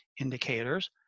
indicators